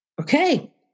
Okay